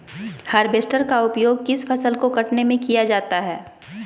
Harvester का उपयोग किस फसल को कटने में किया जाता है?